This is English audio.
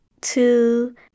two